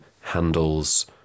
handles